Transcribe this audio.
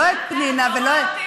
לא את פנינה ולא את,